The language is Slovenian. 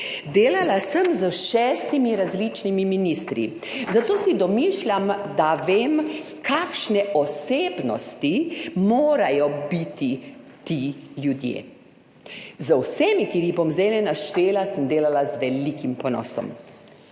Delala sem s šestimi različnimi ministri, zato si domišljam, da vem, kakšne osebnosti morajo biti ti ljudje. Z vsemi, ki jih bom zdajle naštela, sem delala z velikim ponosom.